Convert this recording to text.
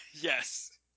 Yes